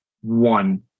one